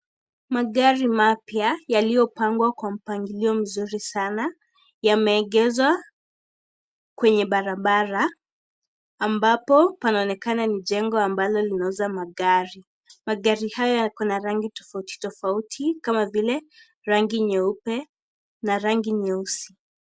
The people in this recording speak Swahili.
Magari mapya yaliyopangwa kwa mpangilio mzuri sana. Yameegeshwa kwenye barabara ambapo panaoneka ni jengo ambalo linauza magari. Magari hayo yako na rangi tofauti tofauti kama vile, rangi nyeupe na rangi nyeusi.